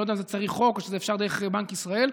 אני לא יודע אם צריך חוק או אפשר דרך בנק ישראל,